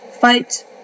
fight